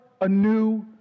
anew